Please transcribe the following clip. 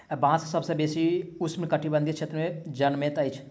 बांस सभ सॅ बेसी उष्ण कटिबंधीय क्षेत्र में जनमैत अछि